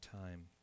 time